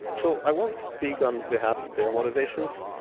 so i won't speak on behalf of their motivations,